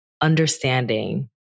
understanding